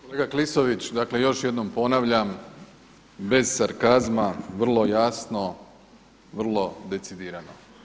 Kolega Klisović, dakle još jednom ponavljam bez sarkazma vrlo jasno, vrlo decidirano.